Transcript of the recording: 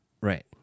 Right